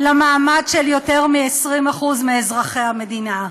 למעמד של יותר מ-20% מאזרחי המדינה.